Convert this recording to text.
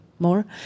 more